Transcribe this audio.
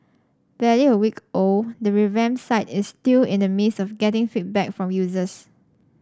barely a week old the revamped site is still in the midst of getting feedback from users